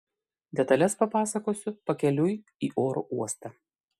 detales papasakosiu pakeliui į oro uostą